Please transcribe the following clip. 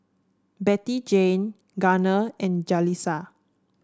Bettyjane Gunner and Jalissa